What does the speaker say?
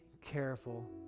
careful